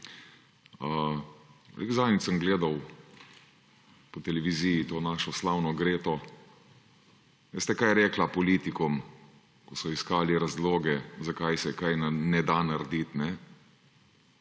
Zadnjič sem gledal po televiziji to našo slavno Greto. Veste, kaj je rekla politikom, ko so iskali razloge, zakaj se nekaj ne da narediti?